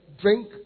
Drink